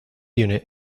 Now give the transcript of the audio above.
unit